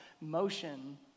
Motion